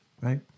right